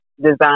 design